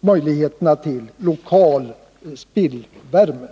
av lokal spillvärme.